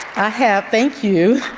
i have, thank you.